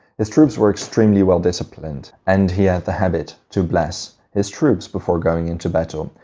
his troops were extremely well disciplined and had the habit to bless his troops before going into battle.